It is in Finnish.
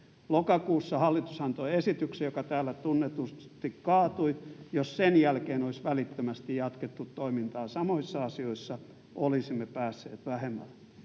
Lokakuussa hallitus antoi esityksen, joka täällä tunnetusti kaatui. Jos sen jälkeen olisi välittömästi jatkettu toimintaa samoissa asioissa, olisimme päässeet vähemmällä.